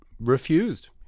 refused